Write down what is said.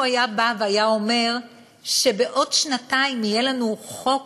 היה בא והיה אומר שבעוד שנתיים יהיה לנו חוק